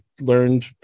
learned